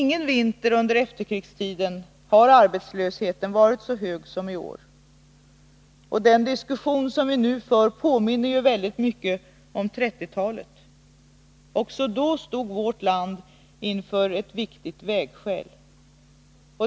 Ingen vinter under efterkrigstiden har arbetslösheten varit så hög som i år. Den diskussion som förs nu påminner mycket om den som fördes på 30-talet. Också då stod vårt land inför ett viktigt vägskäl.